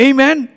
Amen